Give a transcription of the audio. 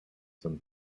some